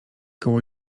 koło